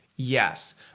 Yes